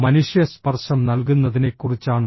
മനുഷ്യ സ്പർശം നൽകുന്നതിനെക്കുറിച്ചാണ്